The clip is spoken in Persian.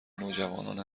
نوجوانان